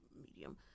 medium